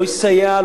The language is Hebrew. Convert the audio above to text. לא יסייע,